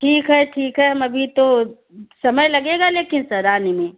ठीक है ठीक है हम अभी तो समय लगेगा लेकिन सर आने में